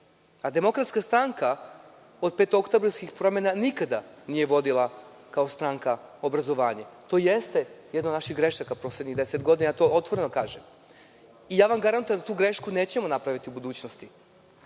državu, a DS od petookotbarskih promena nikada nije vodila kao stranka obrazovanje. To jeste jedna od naših grešaka poslednjih deset godina, to otvoreno kažem. Ja vam garantujem da tu grešku nećemo napraviti u budućnosti.